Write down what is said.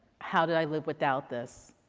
how did i live without this?